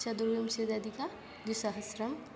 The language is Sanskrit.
चदुर्विंशत्यधिकद्विसहस्रम्